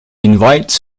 invites